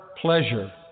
pleasure